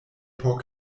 por